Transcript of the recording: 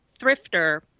thrifter